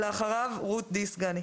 אחריו רות די סגני.